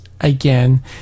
again